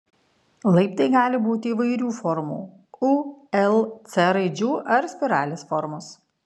laiptai gali būti įvairių formų u l c raidžių ar spiralės formos